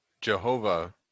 Jehovah